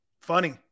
Funny